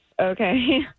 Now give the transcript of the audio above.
Okay